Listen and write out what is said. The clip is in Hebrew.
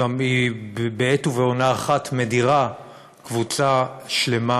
היא בעת ובעונה אחת מדירה קבוצה שלמה